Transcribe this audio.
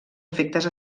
efectes